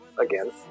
Again